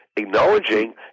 Acknowledging